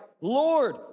Lord